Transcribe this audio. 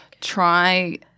Try